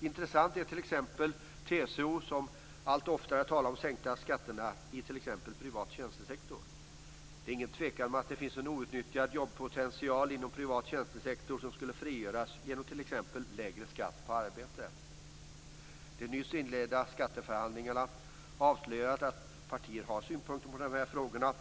Det är intressant att t.ex. TCO allt oftare talar om sänkta skatter i privat tjänstesektor. Det råder inget tvivel om att det finns en outnyttjad jobbpotential inom privat tjänstesektor som skulle kunna frigöras genom t.ex. lägre skatt på arbete. De nyss inledda skatteförhandlingarna har avslöjat att alla partier har synpunkter i dessa frågor.